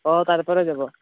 অঁ তাৰ পৰাই যাব